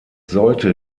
sollte